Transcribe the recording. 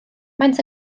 maent